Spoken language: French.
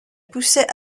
poussait